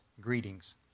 greetings